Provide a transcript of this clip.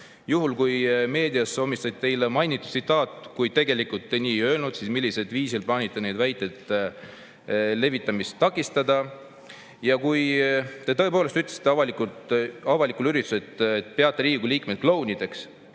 Juhul kui meedias omistate teile mainitud tsitaat, kuid tegelikult te nii ei öelnud, siis millisel viisil plaanite nende väidete levitamist takistada? Aga kui te tõepoolest ütlesite avalikul üritusel, et peate Riigikogu liikmeid klounideks,